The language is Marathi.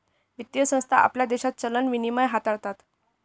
वित्तीय संस्था आपल्या देशात चलन विनिमय हाताळतात